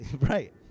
right